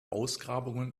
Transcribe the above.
ausgrabungen